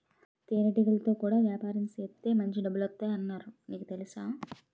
తేనెటీగలతో కూడా యాపారం సేత్తే మాంచి డబ్బులొత్తాయ్ అన్నారు నీకు తెలుసా?